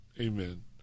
Amen